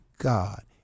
God